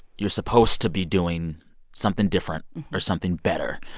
you're supposed to be doing something different or something better.